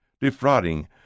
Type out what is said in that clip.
defrauding